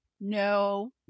No